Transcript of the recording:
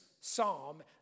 psalm